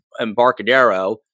embarcadero